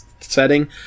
setting